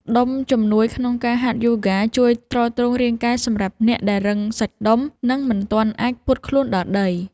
ដុំជំនួយក្នុងការហាត់យូហ្គា ជួយទ្រទ្រង់រាងកាយសម្រាប់អ្នកដែលរឹងសាច់ដុំ និងមិនទាន់អាចពត់ខ្លួនដល់ដី។